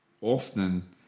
often